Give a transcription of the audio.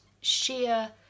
sheer